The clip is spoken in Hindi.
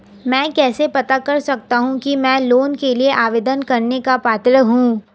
मैं कैसे पता कर सकता हूँ कि मैं लोन के लिए आवेदन करने का पात्र हूँ?